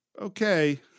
Okay